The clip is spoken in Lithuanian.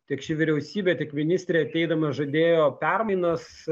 tiek ši vyriausybė tiek ministrė ateidamas žadėjo permainas